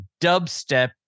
dubstep